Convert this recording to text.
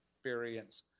experience